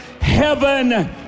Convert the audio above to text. heaven